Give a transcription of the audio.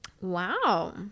Wow